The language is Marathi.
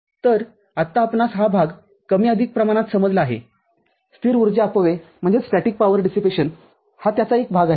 तर आत्ताआपणास हा भाग कमी अधिक प्रमाणात समजला आहे स्थिर उर्जा अपव्यय हा त्याचा एक भाग आहे